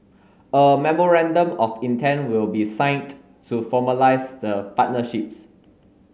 a memorandum of intent will be signed to formalise the partnerships